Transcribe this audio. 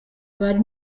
bari